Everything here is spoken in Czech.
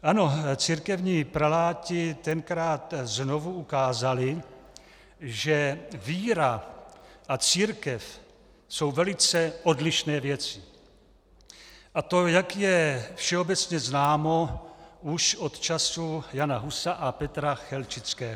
Ano, církevní preláti tenkrát znovu ukázali, že víra a církev jsou velice odlišné věci, a to, jak je všeobecně známo, už od času Jana Husa a Petra Chelčického.